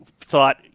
thought